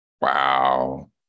wow